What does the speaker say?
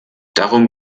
darum